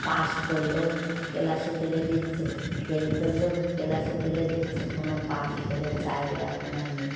pass করলেও ক্লাসে তুলে দিচ্ছে ফেল করলেও ক্লাসে তুলে দিচ্ছে কোনো পাস ফেলের জায়গায় এখন আর নেই